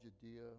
Judea